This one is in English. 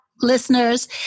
Listeners